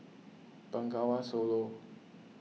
Bengawan Solo